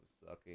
sucking